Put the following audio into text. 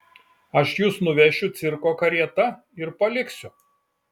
aš jus nuvešiu cirko karieta ir paliksiu